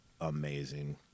amazing